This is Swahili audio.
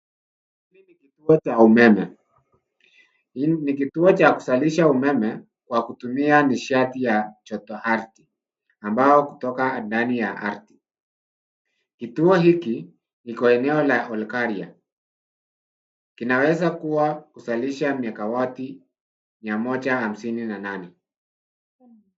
Hiki ni kituo cha umeme. Ni kituo cha kuzalisha umeme kwa kutumia nishati ya joto ardhi ambayo hutoka ndani ya ardhi. Kituo hiki kiko eneo la Olkaria. Kinaweza kuzalisha megawatts mia moja hamsini na nane.